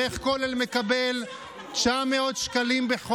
אתה שר התקשורת, אתה רוצה לסגור את הארץ, לא?